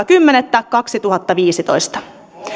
kymmenettä kaksituhattaviisitoista